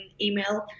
email